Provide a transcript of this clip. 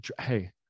Hey